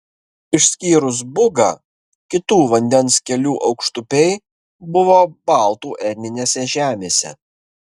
išskyrus bugą kitų vandens kelių aukštupiai buvo baltų etninėse žemėse